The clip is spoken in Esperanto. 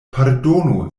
pardonu